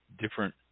different